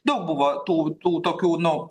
daug buvo tų tų tokių nu